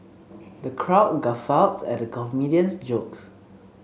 the crowd guffawed at the comedian's jokes